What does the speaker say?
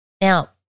Now